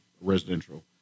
residential